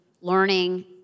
learning